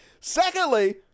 secondly